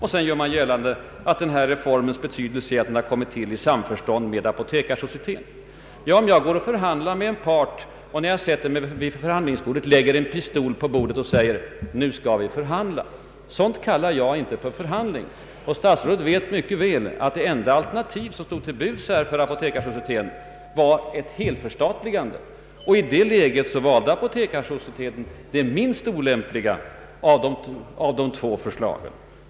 Man gör gällande att den s.k. reformens betydelse består i att den kommit till i samförstånd med Apotekarsocieteten. Jag kallar det inte för förhandling om jag, när jag sätter mig vid förhandlingsbordet, lägger en pistol på bordet och säger: Nu skall vi förhandla. Statsrådet vet mycket väl att det enda alternativ som stod till buds för Apotekarsocieteten var ett helförstatligande. I det läget valde Apotekarsocieteten det minst olämpliga av de två förslagen.